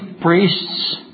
priests